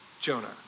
Jonah